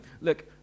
look